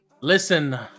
Listen